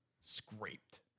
Scraped